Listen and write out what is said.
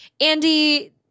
Andy –